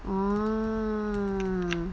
oo